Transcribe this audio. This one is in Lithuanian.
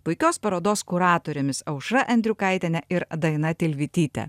puikios parodos kuratorėmis aušra endriukaitiene ir daina tilvytyte